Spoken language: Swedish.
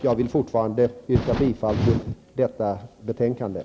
Jag yrkar fortfarande bifall till hemställan i betänkandet.